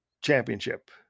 Championship